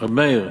הרב מאיר,